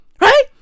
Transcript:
Right